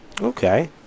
Okay